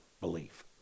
belief